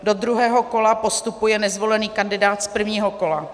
Do druhého kola postupuje nezvolený kandidát z prvního kola.